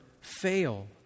fail